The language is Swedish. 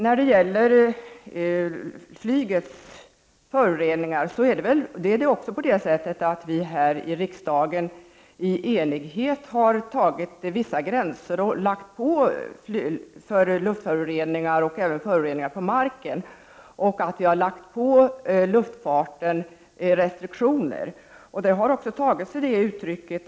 När det gäller flygets föroreningar har vi här i riksdagen i enighet antagit vissa gränser och lagt på luftfarten restriktioner när det gäller luftföroreningar och även föroreningar på marken.